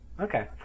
Okay